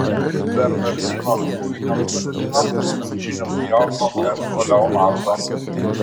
bernardino luinio nustebimas absoliučiai nesujaudino maestro leonardo